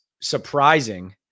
surprising